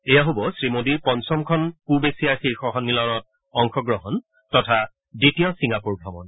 এয়া হ'ব শ্ৰীমোদীৰ পঞ্চমখন পূব এছিয়া শীৰ্ষ সম্মিলনত অংশ গ্ৰহণ তথা দ্বিতীয় ছিংগাপৰ ভ্ৰমণ